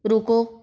ਰੁਕੋ